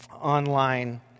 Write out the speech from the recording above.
online